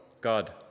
god